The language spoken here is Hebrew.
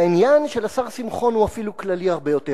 והעניין של השר שמחון הוא אפילו כללי הרבה יותר.